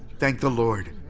thank the lord!